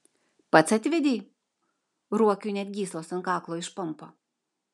pats atvedei ruokiui net gyslos ant kaklo išpampo